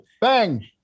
Bang